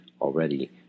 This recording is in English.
already